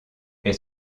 est